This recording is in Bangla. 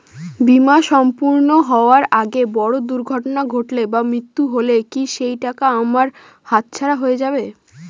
বীমা সম্পূর্ণ হওয়ার আগে বড় দুর্ঘটনা ঘটলে বা মৃত্যু হলে কি সেইটাকা আমার হাতছাড়া হয়ে যাবে?